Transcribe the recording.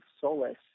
solace